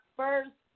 first